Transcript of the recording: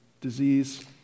disease